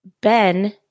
Ben